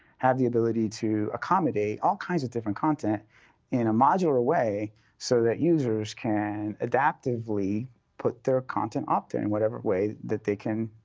have the ability to accommodate all kinds of different content in a modular way so that users can adaptively put their content up in and whatever way that they can